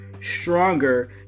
stronger